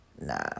Nah